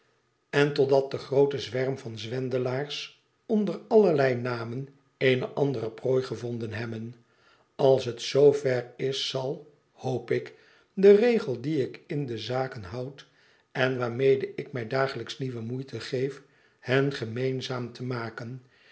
en totdat de groote zwerm van zwendelaars onder allerlei namen eene andere prooi gevonden hebben als het zoo ver is zal hoop ik de regel dien ik in al de zaken houd en waarmede ik mij dagelijks nieuwe moeite geef hen gemeenzaam te maken